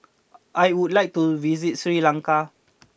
I would like to visit Sri Lanka